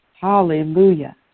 Hallelujah